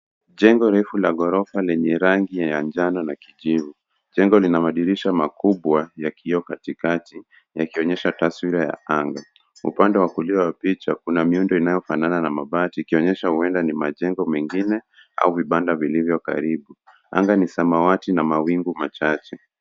Jengo refu la gorofa lenye rangi ya njano na kijivu jengo lina madirisha makubwa ya kioo katikati yakionyesha taswira ya anga upande wa kulia wa picha kuna miundo inayofanana na mabati yakionyesha huenda ni majengo mengine au vibanda vilivyokaribu anga ni samawati na mawingu machache